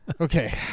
Okay